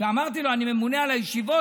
ואמרתי לו: אני ממונה על הישיבות.